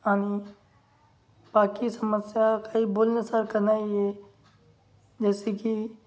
आणि बाकी समस्या काही बोलण्यासारखं नाही आहे जसे की